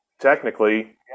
Technically